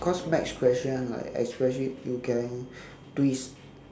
cause maths question like especially you can twist